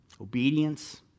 obedience